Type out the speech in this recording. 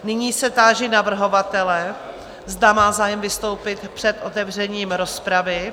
Nyní se táži navrhovatele, zda má zájem vystoupit před otevřením rozpravy?